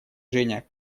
женя